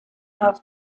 have